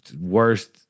worst